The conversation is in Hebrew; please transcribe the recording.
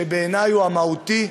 שבעיני הוא המהותי,